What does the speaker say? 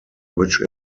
which